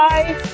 Bye